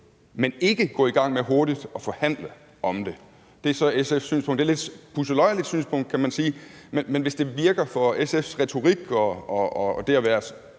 men ikke gå i gang med hurtigt at forhandle om det. Det er så SF's synspunkt. Det er et lidt pudseløjerligt synspunkt, kan man sige, men hvis det virker for SF's retorik og i